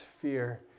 fear